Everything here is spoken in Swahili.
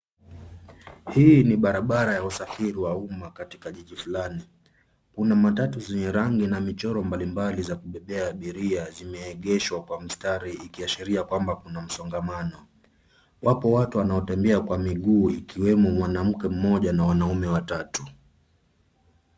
Hii ni barabara ya usafiri wa uma katika jiji fulani. Kuna matatu zenye rangi na michoro mbali mbali za kubebea abiria zimeegeshwa kwa mstari, ikiashiria kwamba kuna msongamano. Wapo watu wanaotembea kwa miguu, ikiwemo mwanamke mmoja na wanaume watatu.